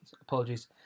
apologies